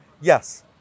Yes